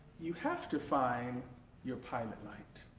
you have to find your pilot light.